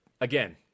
again